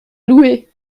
louer